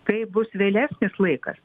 kai bus vėlesnis laikas